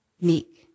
meek